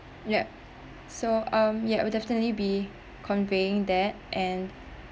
yup so um yup we definitely be conveying that and